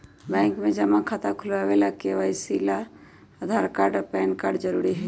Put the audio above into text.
bank में जमा खाता खुलावे ला के.वाइ.सी ला आधार कार्ड आ पैन कार्ड जरूरी हई